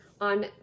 on